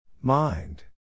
mind